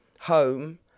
home